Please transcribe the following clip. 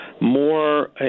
more